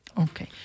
Okay